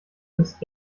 ist